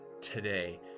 today